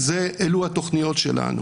אלה התוכניות שלנו.